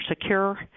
secure